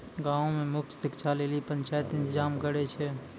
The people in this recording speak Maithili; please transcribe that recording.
गांवो मे मुफ्त शिक्षा लेली पंचायत इंतजाम करै छै